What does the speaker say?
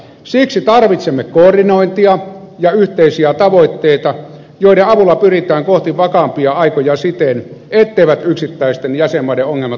siksi tarvitsemme koordinointia ja yhteisiä tavoitteita joiden avulla pyritään kohti vakaampia aikoja siten etteivät yksittäisten jäsenmaiden ongelmat aiheuta hankaluuksia muille